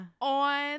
On